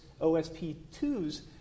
OSP2's